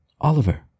Oliver